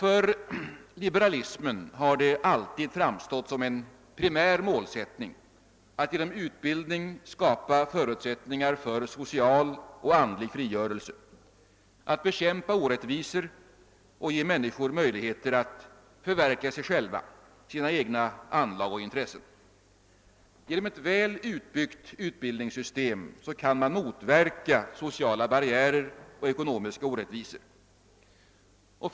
För liberalismen har det alltid framstått som en primär målsättning att genom utbildning skapa förutsättningar för social och andlig frigörelse, att bekämpa orättvisor och ge människor möjlighet att förverkliga sig själva, sina egna anlag och intressen. Genom ett väl utbyggt utbildningssystem kan man motverka sociala barriärer och sociala orättvisor.